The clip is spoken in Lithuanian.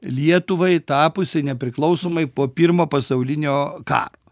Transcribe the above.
lietuvai tapusiai nepriklausomai po pirmo pasaulinio karo